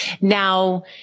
Now